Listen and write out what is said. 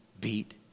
beat